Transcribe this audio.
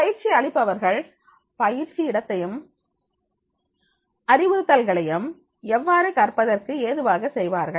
பயிற்சி அளிப்பவர்கள் பயிற்சி இடத்தையும் அறிவுறுத்தல்களையும் எவ்வாறு கற்பதற்கு ஏதுவாக செய்வார்கள்